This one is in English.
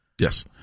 Yes